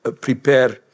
prepare